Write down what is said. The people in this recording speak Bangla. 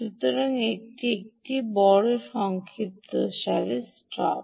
সুতরাং এটি বড় সংক্ষিপ্ত স্টপ